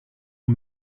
aux